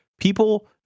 people